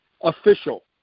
official